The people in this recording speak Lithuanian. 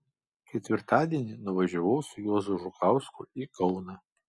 ketvirtadienį nuvažiavau su juozu žukausku į kauną